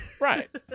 Right